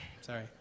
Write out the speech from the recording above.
Sorry